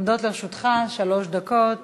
עומדות לרשותך שלוש דקות